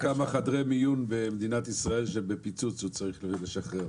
כמה חדרי מיון במדינת ישראל שבפיצוץ הוא צריך לשחרר.